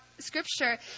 scripture